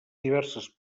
diverses